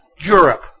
Europe